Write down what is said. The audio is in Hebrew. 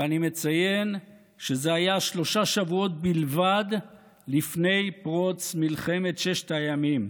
ואני מציין שזה היה שלושה שבועות בלבד לפני פרוץ מלחמת ששת הימים.